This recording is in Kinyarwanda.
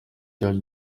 cyacu